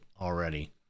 already